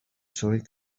sorry